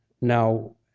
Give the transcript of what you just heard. now